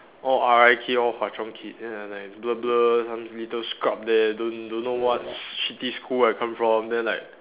all R_I kid all Hwa-Chong kid then I like blur blur some little scrub there don't don't know what shitty school I come from then like